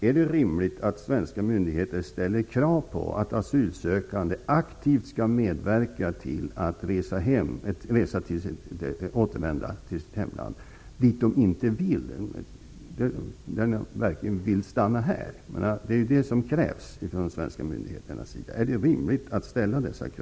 Är det då rimligt att svenska myndigheter ställer krav på att asylsökande aktivt skall medverka till att återvända till sitt hemland, dit de inte vill? De vill verkligen stanna här.